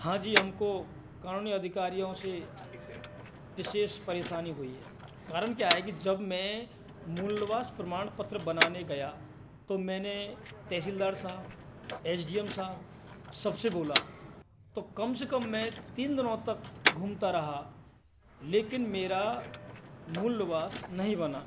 हाँ जी हमको कानूनी अधिकारियों से विशेष परेशानी हुई है कारण क्या है कि जब मैं मूल निवास प्रमाण पत्र बनाने गया तो मैंने तहसीलदार साहब एस डी एम साहब सबसे बोला तो कम से कम मैं तीन दिनों तक घूमता रहा लेकिन मेरा मूल निवास नहीं बना